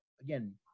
again –